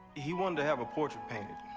he wanted to have a portrait painted.